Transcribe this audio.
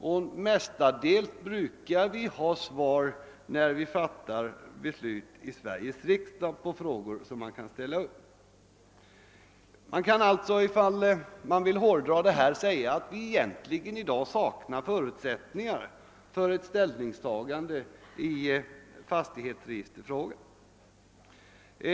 När vi annars fattar beslut i Sveriges riksdag, har vi mestadels svar på frågor som kan ställas. Man kan alltså, om man vill hårdra, säga att vi egentligen saknar förutsättningar för ett ställningstagande i fastighetsregisterfrågan.